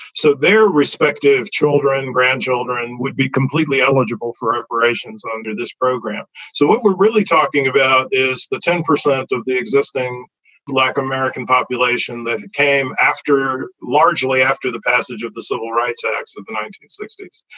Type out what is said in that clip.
so their respective children and grandchildren would be completely eligible for reparations under this program. so what we're really talking about is the ten percent of the existing black american population that came after. largely after the passage of the civil rights acts of the nineteen sixty s.